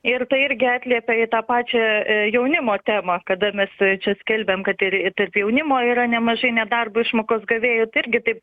ir tai irgi atliepia į tą pačią jaunimo temą kada mes čia skelbiam kad ir ir tarp jaunimo yra nemažai nedarbo išmokos gavėjų tai irgi taip